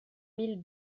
mille